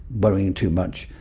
worrying too much,